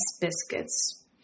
biscuits